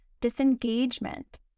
disengagement